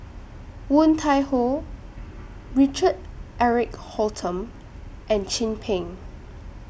Woon Tai Ho Richard Eric Holttum and Chin Peng